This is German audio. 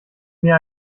mir